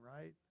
right